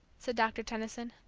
said doctor tenison.